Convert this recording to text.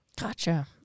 Gotcha